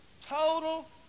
total